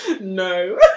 No